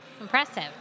Impressive